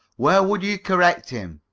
where would you correct him?